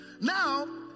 Now